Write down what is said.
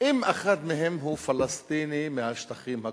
אם אחד מהם הוא פלסטיני מהשטחים הכבושים.